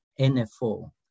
NFO